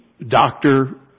doctor